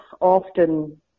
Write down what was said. Often